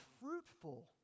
fruitful